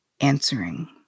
answering